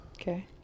Okay